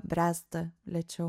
bręsta lėčiau